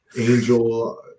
angel